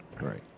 right